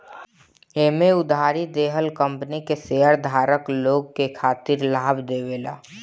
एमे उधारी देहल कंपनी के शेयरधारक लोग के खातिर लाभ देवेला